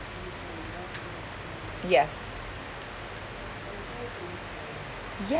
yes